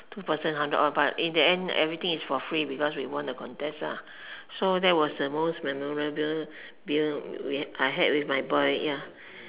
two person hundred odd but in the end everything is for free because we won the contest so that was the most memorable meal we I had with my boy ya